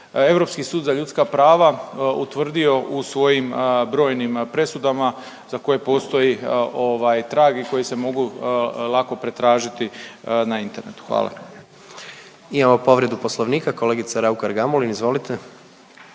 Europski sud za ljudska prava utvrdio u svojim brojnim presudama za koje postoji ovaj trag i koji se mogu lako pretražiti na Internetu, hvala. **Jandroković, Gordan (HDZ)** Imamo povredu Poslovnika, kolegice Raukar-Gamulin, izvolite.